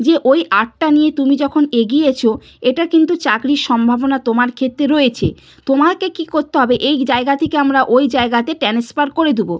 যে ওই আর্টটা নিয়ে তুমি যখন এগিয়েছ এটা কিন্তু চাকরির সম্ভাবনা তোমার ক্ষেত্রে রয়েছে তোমাকে কী করতে হবে এই জায়গা থেকে আমরা ওই জায়গাতে ট্রান্সফার করে দেবো